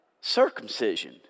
circumcision